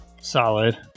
Solid